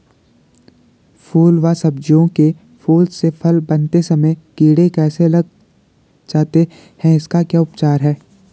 फ़ल व सब्जियों के फूल से फल बनते समय कीड़े कैसे लग जाते हैं इसका क्या उपचार है?